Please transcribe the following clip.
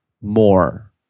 more